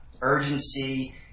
urgency